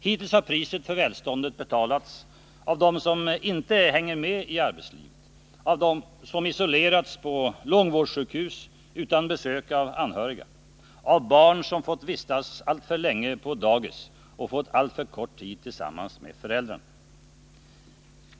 Hittills har priset för välståndet betalats av dem som inte hänger med i arbetslivet, av dem som isolerats på långvårdssjukhus utan besök av anhöriga, av barn som fått vistas alltför länge på dagis och fått alltför kort tid tillsammans med föräldrarna.